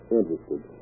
interested